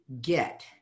get